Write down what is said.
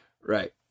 Right